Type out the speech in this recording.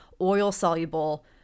oil-soluble